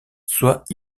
soit